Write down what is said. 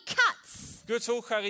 cuts